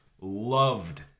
Loved